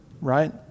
right